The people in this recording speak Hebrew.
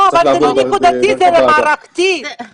זה מערכתי, לא נקודתי.